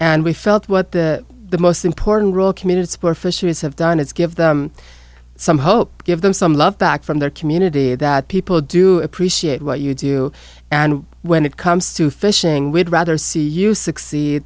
and we felt what the the most important role community support fisheries have done is give them some hope give them some love back from their community that people do appreciate what you do and when it comes to fishing would rather see you succeed